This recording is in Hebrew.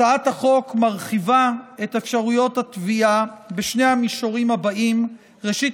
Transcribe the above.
הצעת החוק מרחיבה את אפשרויות התביעה בשני המישורים הבאים: ראשית,